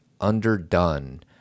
underdone